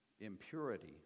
impurity